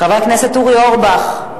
חבר הכנסת אורי אורבך,